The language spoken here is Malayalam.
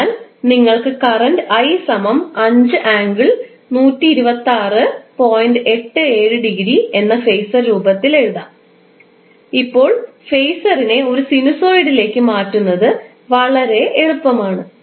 അതിനാൽ നിങ്ങൾക്ക് കറൻറ് എന്ന് ഫേസർ രൂപത്തിൽ എഴുതാം ഇപ്പോൾ ഫേസറിനെ ഒരു സിനുസോയിഡിലേക്ക് മാറ്റുന്നത് വളരെ എളുപ്പമാണ്